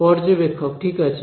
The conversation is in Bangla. পর্যবেক্ষক ঠিক আছে